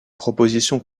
propositions